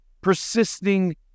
persisting